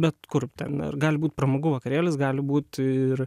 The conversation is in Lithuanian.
bet kur ten ar gali būt pramogų vakarėlis gali būti ir